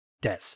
Des